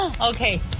Okay